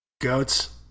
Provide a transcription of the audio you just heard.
Goats